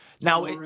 now